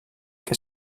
que